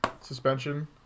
suspension